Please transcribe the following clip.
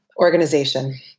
Organization